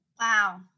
Wow